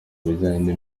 bijyanye